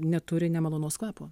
neturi nemalonaus kvapo